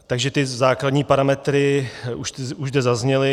Takže základní parametry už zde zazněly.